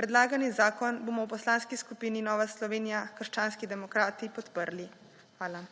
Predlagani zakon bomo v poslanski skupini Nova Slovenija – krščanski demokrati podprli. Hvala.